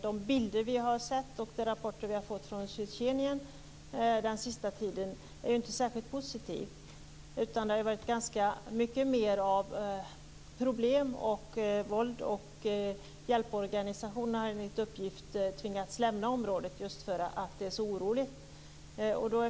De bilder vi har sett och de rapporter vi har fått från Tjetjenien den senaste tiden är inte särskilt positiva. Det har varit ganska många problem och mycket våld. Enligt uppgift har hjälporganisationerna tvingats lämna området just för att det är så oroligt.